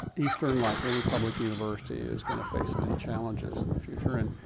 eastern, like any public university, is going to face many challenges in the future, and